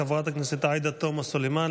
חברת הכנסת עאידה תומא סלימאן.